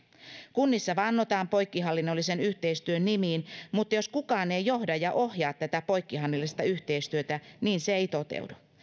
kunnissa vannotaan poikkihallinnollisen yhteistyön nimiin mutta jos kukaan ei johda ja ohjaa tätä poikkihallinnollista yhteistyötä niin se ei toteudu